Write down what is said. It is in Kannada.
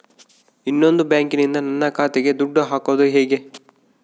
ಇನ್ನೊಂದು ಬ್ಯಾಂಕಿನಿಂದ ನನ್ನ ಖಾತೆಗೆ ದುಡ್ಡು ಹಾಕೋದು ಹೇಗೆ?